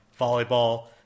volleyball